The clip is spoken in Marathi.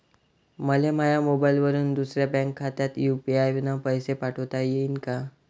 मले माह्या मोबाईलवरून दुसऱ्या बँक खात्यात यू.पी.आय न पैसे पाठोता येईन काय?